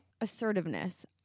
Assertiveness